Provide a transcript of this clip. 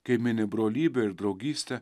kai mini brolybę ir draugystę